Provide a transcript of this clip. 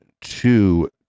two